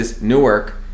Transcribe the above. Newark